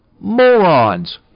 Morons